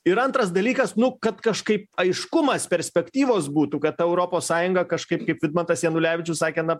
ir antras dalykas nu kad kažkaip aiškumas perspektyvos būtų kad europos sąjunga kažkaip kaip vidmantas janulevičius sakė na